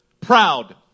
proud